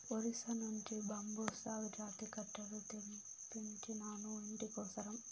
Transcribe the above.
ఒరిస్సా నుంచి బాంబుసా జాతి కట్టెలు తెప్పించినాను, ఇంటి కోసరం